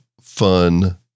fun